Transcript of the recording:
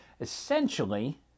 essentially